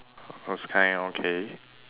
those kind okay